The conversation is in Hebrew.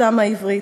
שפתם העברית".